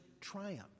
triumph